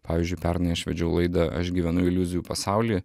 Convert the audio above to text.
pavyzdžiui pernai aš vedžiau laidą aš gyvenu iliuzijų pasauly